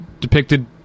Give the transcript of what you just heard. depicted